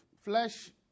flesh